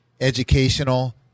educational